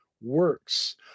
works